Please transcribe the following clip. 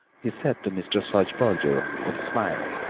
he said to mr. sudsberger, with a smile,